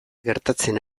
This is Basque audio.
gertatzen